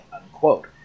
unquote